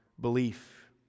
belief